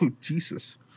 Jesus